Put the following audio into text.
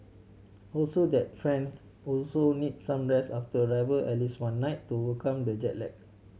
also that friend also need some rest after arrival at least one night to overcome the jet lag